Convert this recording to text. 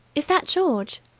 is that george?